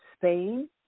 Spain